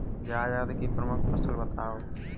जायद की प्रमुख फसल बताओ